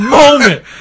moment